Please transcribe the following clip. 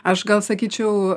aš gal sakyčiau